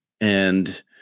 And-